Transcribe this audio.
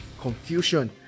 confusion